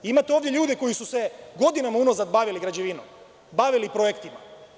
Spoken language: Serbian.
Imate ovde ljudi koji suse godinama unazad bavili građevinom, bavili projektima.